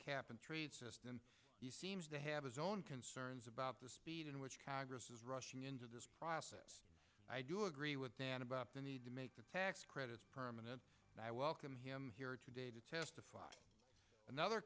cap and trade system seems to have his own concerns about the speed in which rushing into this process i do agree with that about the need to make the tax credits permanent and i welcome him here today to testify another